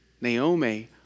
Naomi